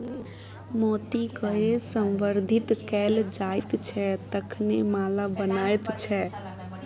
मोतीकए संवर्धित कैल जाइत छै तखने माला बनैत छै